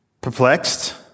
perplexed